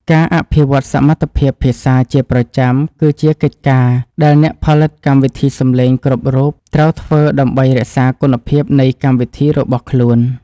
ការអភិវឌ្ឍសមត្ថភាពភាសាជាប្រចាំគឺជាកិច្ចការដែលអ្នកផលិតកម្មវិធីសំឡេងគ្រប់រូបត្រូវធ្វើដើម្បីរក្សាគុណភាពនៃកម្មវិធីរបស់ខ្លួន។